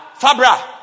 Fabra